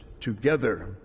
together